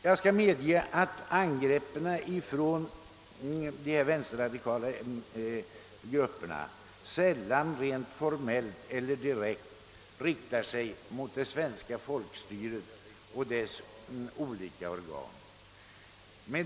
Jag skall medge att angreppen från de vänsterradikala grupperna sällan rent formellt eller direkt riktar sig mot det svenska folkstyret och dess olika organ.